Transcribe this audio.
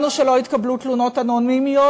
קבענו שלא יתקבלו תלונות אנונימיות,